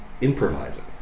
improvising